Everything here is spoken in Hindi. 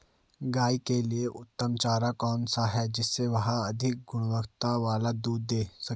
गाय के लिए उत्तम चारा कौन सा है जिससे वह अधिक गुणवत्ता वाला दूध दें सके?